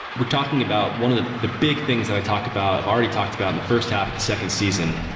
we're talking about one of the the big things that i talk about, i've already talked about the first half of the second season,